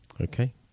Okay